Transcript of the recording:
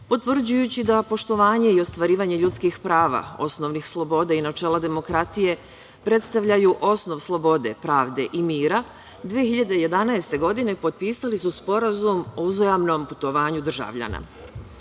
potvrđujući da poštovanje i ostvarivanje ljudskih prava, osnovnih sloboda i načela demokratije predstavljaju osnov slobode, pravde i mira, 2011. godine potpisali su Sporazum o uzajamnom putovanju državljana.